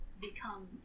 become